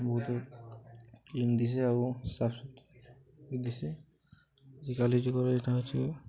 ବହୁତ କ୍ଲିନ୍ ଦିଶେ ଆଉ ସାଫ ସୁତର ଦିଶେ ଆଜିକାଲି ଯୁଗରେ ଇଟା ହେଉଛି